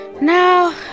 Now